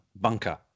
bunker